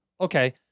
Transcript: Okay